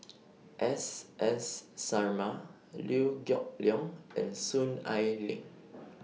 S S Sarma Liew Geok Leong and Soon Ai Ling